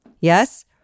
Yes